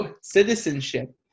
citizenship